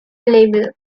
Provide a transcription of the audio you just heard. libel